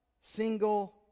single